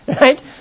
Right